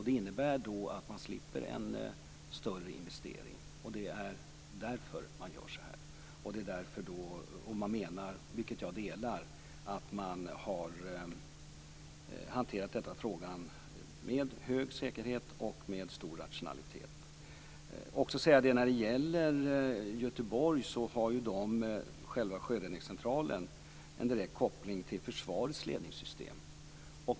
Det innebär att man slipper en större investering. Det är därför man gör så här. Man har alltså hanterat frågan med hög säkerhet och bra rationalitet. I Göteborg har man själva sjöräddningscentralen direkt kopplad till försvarets ledningssystem.